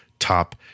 Top